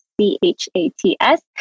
C-H-A-T-S